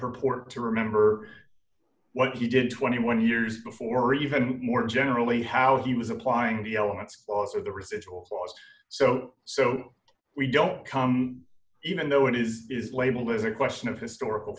purport to remember what he did twenty one years before even more generally how he was applying the elements of the residuals last so so we don't come even though it is is labeled as a question of historical